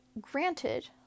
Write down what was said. granted